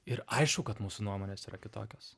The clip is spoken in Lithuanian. ir aišku kad mūsų nuomonės yra kitokios